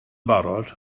barod